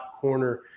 corner